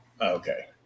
okay